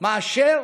מאשר